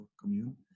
commune